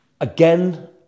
again